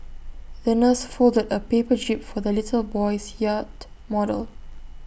the nurse folded A paper jib for the little boy's yacht model